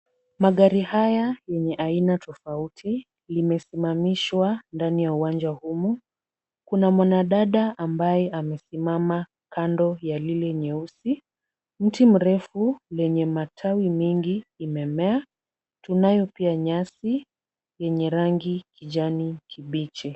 Magari haya yenye aina tofauti limesimamishwa ndani ya uwanja humu. Kuna mwanadada ambaye amesimama kando ya lile nyeusi. Mti mrefu lenye matawi mingi imemea. Tunayo pia nyasi yenye rangi kijani kibichi.